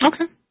Okay